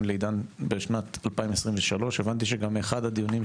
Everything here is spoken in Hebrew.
לשנת 2023. הבנתי שגם באחד הדיונים,